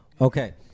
Okay